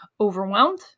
overwhelmed